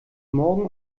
morgen